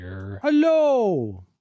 Hello